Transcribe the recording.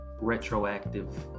retroactive